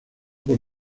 por